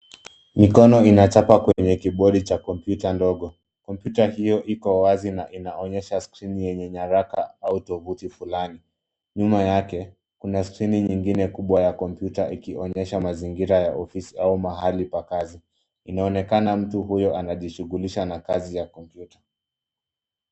Mikono inachapa kwenye kibodi cha kompyuta ndogo. Kompyuta hio iko wazi na inaonyesha skrini yenye nyaraka au tovuti fulani. Nyuma yake kuna skrini nyingine kubwa ya kompyuta ikionyesha mazingira ya ofisi au mahali pa kazi. Inaonekana mtu huyu anajishughulisha na kazi ya kompyuta.